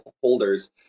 holders